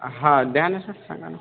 हा द्या ना सर सांगा ना